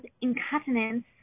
incontinence